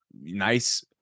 nice